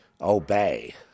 obey